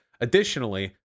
Additionally